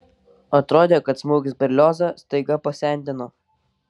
atrodė kad smūgis berliozą staiga pasendino